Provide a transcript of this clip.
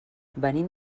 venim